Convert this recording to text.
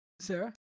Sarah